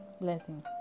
blessing